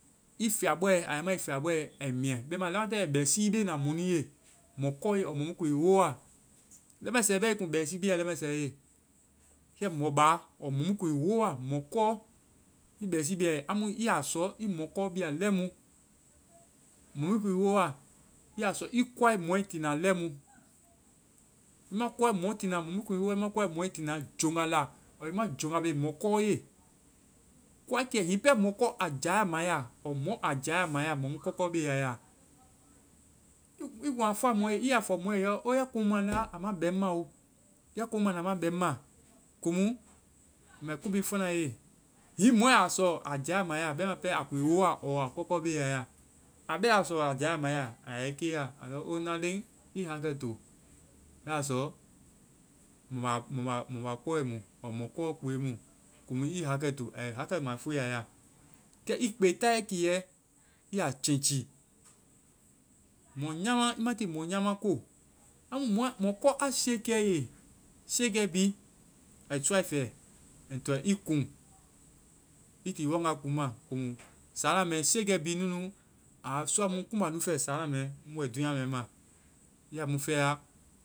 I fiabɔɛ, a ya ma i fiabɔɛ ai miiɛ. Lamataŋ i bɛ bɛsii be na mɔ nu ye, mɔkɔ ɔɔ mɔmu kuŋ i kɔɛ wooa. Leŋmɛsɛ bɛ. I kuŋ bɛsii be ya leŋmɛsɛ ye kɛ mɔ baa or mɔ mu kuŋ i wooa. ɔɔ mɔ kɔɔ. I bɛsii be a ye. Amu i ya sɔ i mɔkɔ bia lɛimu. Mɔ mu kuŋ i wooa, i ya sɔ i koai mɔɛ tiina lɛimu. I ma koai mɔɛ tiina-mɔ mu kuŋ i woa, i ma koae mɔ tiina joŋga la. ɔɔ i ma jonga be mɔkɔ ye. Koa kɛ-hiŋi pɛ mɔkɔ a jáayáa ma i ya, ɔɔ mɔ a jaayaa ma i ya, mɔmu kɔɔkɔɔ beya i ya. I kuŋ a fɔa mɔɛ ye, i ya fɔ mɔɛ ye, i yɔ, o, ya komu ma nda, a ma bɛŋ ŋ ma o. Ya komu ma nda, a ma bɛŋ ŋ ma. Komu mɛ ko bi fɔna i ye. Hiŋi mɔɛ a sɔ a jaayaa ma i ya, bɛma pɛ a kuŋ i wooa ɔɔ a kɔɔkɔɔ beya i ya. A bɛ a sɔ a jaayaa ma i ya, i yɛ keya. I lɔ o na leŋ, i hakɛ to. Ya sɔ ma, ma, ma kɔɛ mu ɔɔ mɔkɔ koe mu. Komu i hakɛ to. Ai hakɛ ma fuue ya i ya. Kɛ, i kpe taayɛ kiiɛ, i ya change mɔ nyaama. I ma ti mɔ nyaama ko. Amu mɔɛ-mɔkɔ a siiekɛe i ye, siiekɛ bi, ai sɔa i fɛ ai toa i kuŋ, i ti i wanga kuŋma. Komu sáana mɛ, siiekɛ bi nunu a wa sɔa mu kumba mu fɛ sáana mɛ, mu bɛ dúunya mɛ ma. Ya mu fɛ ya